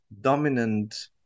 dominant